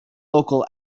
local